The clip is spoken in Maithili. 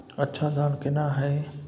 अच्छा धान केना हैय?